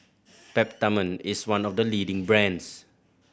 Peptamen is one of the leading brands